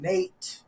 Nate